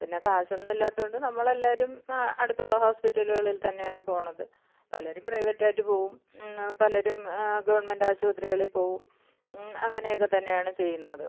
പിന്നെ കാശൊന്നും ഇല്ലാത്തത് കൊണ്ട് നമ്മൾ എല്ലാവരും അടുത്തുള്ള ഹോസ്പിറ്റലുകളിൽ തന്നെയാണ് പോകുന്നത് പലരും പ്രൈവറ്റായിട്ട് പോവും പലരും ഗവൺമെൻ്റ് ആശുപത്രികളിൽ പോവും അങ്ങനെയൊക്കെ തന്നെയാണ് ചെയ്യുന്നത്